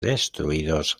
destruidos